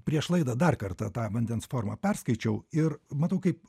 prieš laidą dar kartą tą vandens formą perskaičiau ir matau kaip